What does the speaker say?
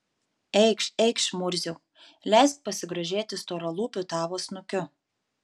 eikš eikš murziau leisk pasigrožėti storalūpiu tavo snukiu